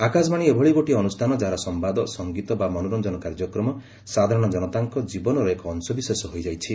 ଆକାଶବାଣୀ ଏଭଳି ଏକ ଅନୁଷ୍ଠାନ ଯାହାର ସମ୍ଭାଦ ସଂଗୀତ ବା ମନୋରଞ୍ଜନ କାର୍ଯ୍ୟକ୍ରମ ସାଧାରଣ ଜନତାଙ୍କ ଜୀବନର ଏକ ଅଂଶବିଶେଷ ହୋଇଯାଇଛି